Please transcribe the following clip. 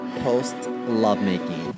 post-lovemaking